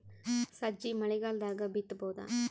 ಸಜ್ಜಿ ಮಳಿಗಾಲ್ ದಾಗ್ ಬಿತಬೋದ?